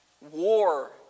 war